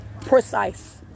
Precise